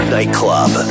Nightclub